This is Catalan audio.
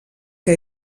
que